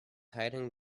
hiding